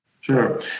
Sure